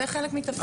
זה חלק מתפקידנו.